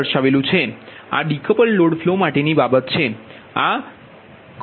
સમીકરણ આ decoupled load flow માટે ની બાબત છે